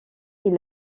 est